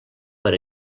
per